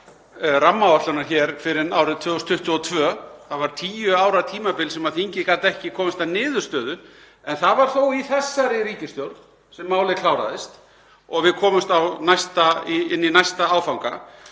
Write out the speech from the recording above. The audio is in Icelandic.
rammaáætlunar hér fyrr en árið 2022. Það var tíu ára tímabil sem þingið gat ekki komist að niðurstöðu en það var þó í þessari ríkisstjórn sem málið kláraðist og við komumst inn í næsta áfanga.